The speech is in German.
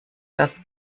dass